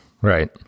Right